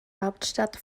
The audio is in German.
hauptstadt